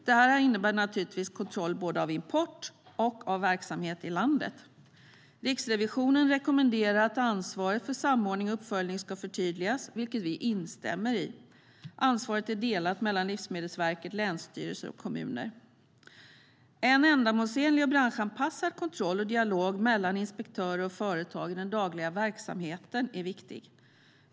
Det här innebär naturligtvis kontroll både av import och av verksamhet i landet. Riksrevisionen rekommenderar att ansvaret för samordning och uppföljning ska förtydligas, vilket vi instämmer i. Ansvaret är delat mellan Livsmedelsverket, länsstyrelser och kommuner. En ändamålsenlig och branschanpassad kontroll och dialog mellan inspektörer och företag i den dagliga verksamheten är viktig.